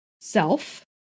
self